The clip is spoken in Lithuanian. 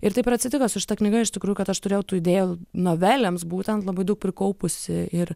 ir taip ir atsitiko su šita knyga iš tikrųjų kad aš turėjau tų idėjų novelėms būtent labai daug prikaupusi ir